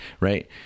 right